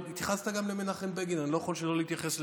כמו שאתם גיניתם את מי שתקף את